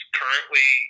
currently